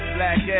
Black